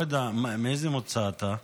מאיזה מוצא אתה?